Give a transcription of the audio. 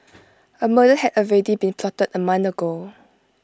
A murder had already been plotted A month ago